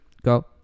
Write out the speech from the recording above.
go